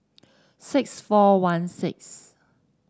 six four one six